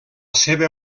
seva